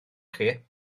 chi